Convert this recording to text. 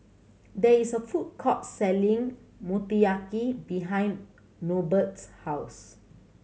there is a food court selling Motoyaki behind Norbert's house